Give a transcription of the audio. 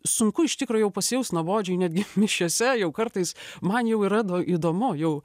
sunku iš tikro jau pasijaust nuobodžiai netgi mišiose jau kartais man jau yra do įdomu jau